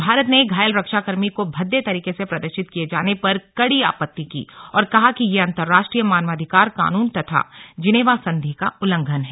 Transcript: भारत ने घायल रक्षा कर्मी को भद्दे तरीके से प्रदर्शित किए जाने पर कड़ी आपत्ति की और कहा कि यह अंतर्राष्ट्रीय मानवाधिकार कानून तथा जिनेवा संधि का उल्लंघन है